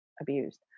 abused